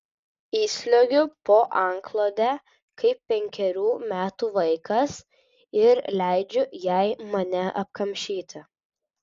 įsliuogiu po antklode kaip penkerių metų vaikas ir leidžiu jai mane apkamšyti